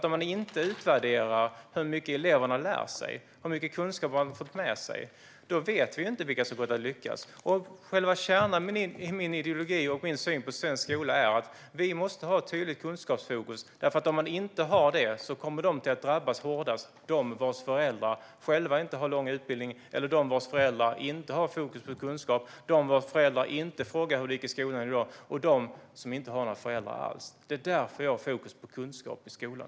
Om vi inte utvärderar hur mycket eleverna lär sig och hur mycket kunskap de får med sig vet vi inte vilka som kommer att lyckas. Själva kärnan i min ideologi och i min syn på svensk skola är att vi måste ha ett tydligt kunskapsfokus. Om man inte har det kommer de att drabbas hårdast vars föräldrar själva inte har lång utbildning, de vars föräldrar inte har fokus på kunskap, de vars föräldrar inte frågar hur det gick i skolan i dag och de som inte har några föräldrar alls. Det är därför jag har fokus på kunskap i skolan.